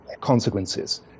consequences